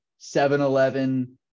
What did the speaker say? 7-Eleven